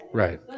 right